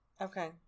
Okay